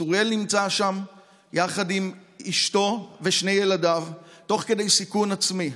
צוריאל נמצא שם יחד עם אשתו ושני ילדיו תוך כדי סיכון עצמי.